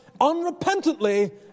unrepentantly